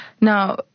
Now